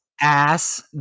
ass